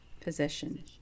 possession